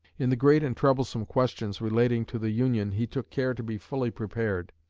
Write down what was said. in the great and troublesome questions relating to the union he took care to be fully prepared.